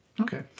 Okay